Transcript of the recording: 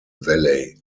valley